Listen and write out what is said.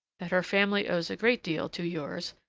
that her family owes a great deal to yours,